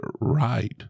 right